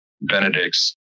Benedict's